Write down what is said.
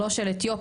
לא של אתיופים,